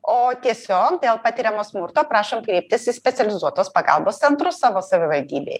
o tiesiog dėl patiriamo smurto prašom kreiptis į specializuotos pagalbos centrus savo savivaldybėj